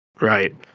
Right